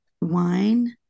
wine